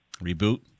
reboot